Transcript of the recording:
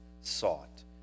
sought